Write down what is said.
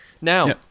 Now